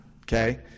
okay